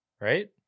right